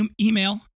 email